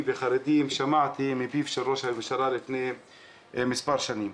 וחרדים שמעתי מפיו של ראש הממשלה לפני מספר שנים.